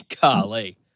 golly